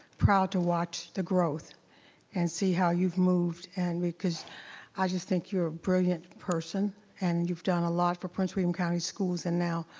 proud to watch the growth and see how you've moved and cause i just think you're a brilliant person and you've done a lot for prince william county schools and now,